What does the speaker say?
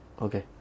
Okay